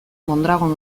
mondragon